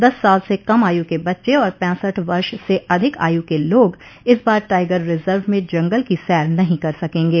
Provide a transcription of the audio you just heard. दस साल से कम आयु के बच्चे और पैसठ वर्ष से अधिक आय् के लोग इस बार टाइगर रिजर्व में जंगल की सैर नहीं कर सकेंगे